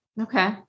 Okay